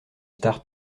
star